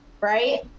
right